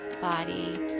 body